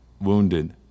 wounded